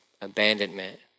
abandonment